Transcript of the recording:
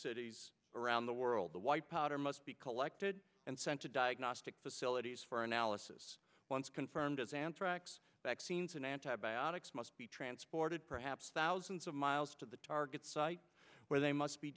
cities around the world the white powder must be collected and sent to diagnostic facilities for analysis once confirmed as anthrax vaccines and antibiotics must be transported perhaps thousands of miles to the target site where they must be